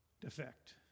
defect